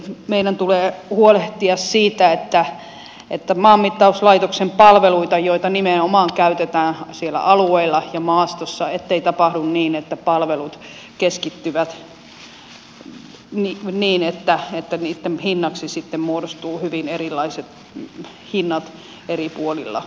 eli meidän tulee huolehtia siitä että kun maanmittauslaitoksen palveluita nimenomaan käytetään siellä alueilla ja maastossa ei tapahdu niin että palvelut keskittyvät niin että niitten hinnat sitten muodostuvat hyvin erilaisiksi eri puolilla suomea